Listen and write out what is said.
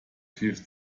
hilft